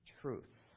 truth